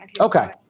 Okay